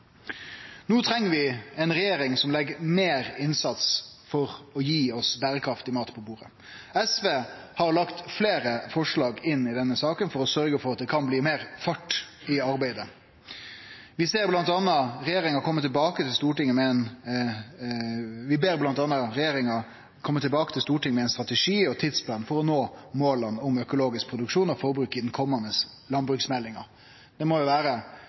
No treng vi ei regjering som legg meir innsats i å gi oss bærekraftig mat på bordet. SV har fleire forslag i denne saka, for å sørgje for at det kan bli meir fart i arbeidet. Blant anna ber vi regjeringa kome tilbake til Stortinget med ein strategi og ein tidsplan for å nå målet om økologisk produksjon og forbruk i den komande landbruksmeldinga. Det må jo vere